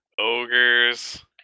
ogres